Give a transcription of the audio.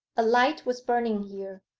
a light was burning here,